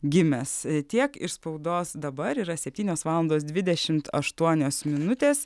gimęs tiek iš spaudos dabar yra septynios valandos dvidešimt aštuonios minutės